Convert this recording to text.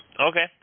okay